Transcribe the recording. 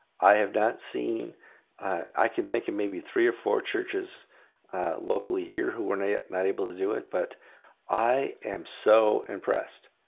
i have not seen i can think of maybe three or four churches locally here who were not able to do it but i am so impressed.